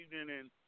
evening